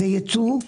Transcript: זה ייצוא.